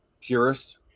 purist